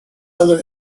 other